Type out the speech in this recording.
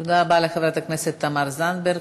תודה רבה לחברת הכנסת תמר זנדברג.